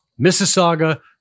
Mississauga